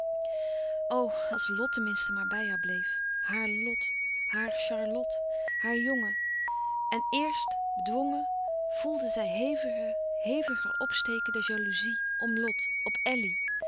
als lot ten minste maar bij haar bleef haar lot haar charlot haar jongen en eerst bedwongen voelde zij heviger heviger opsteken de jaloezie om lot op elly